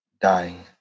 dying